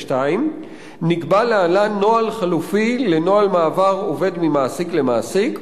נקבע להלן נוהל חלופי לנוהל מעבר עובד ממעסיק למעסיק",